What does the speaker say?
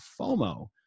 FOMO